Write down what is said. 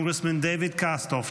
Congressman David Kustoff,